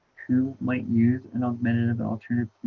who might use an augmentative alternative